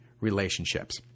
relationships